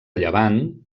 llevant